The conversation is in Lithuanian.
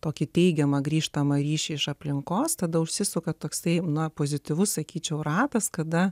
tokį teigiamą grįžtamą ryšį iš aplinkos tada užsisuka toks tai nuo pozityvus sakyčiau ratas kada